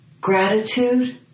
gratitude